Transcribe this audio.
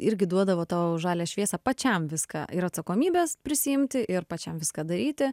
irgi duodavo tau žalią šviesą pačiam viską ir atsakomybes prisiimti ir pačiam viską daryti